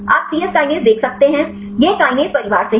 आप C S kinase देख सकते हैं यह काइनेज परिवार से है